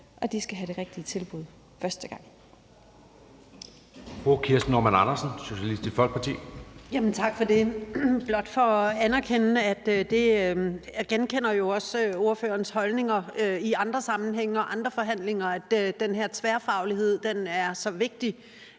og de skal have det rigtige tilbud første gang.